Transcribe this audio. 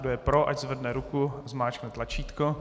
Kdo je pro, ať zvedne ruku a zmáčkne tlačítko.